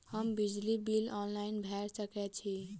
हम बिजली bill online भैर सकै छी?